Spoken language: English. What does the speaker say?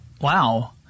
Wow